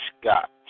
Scott